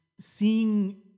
Seeing